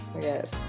Yes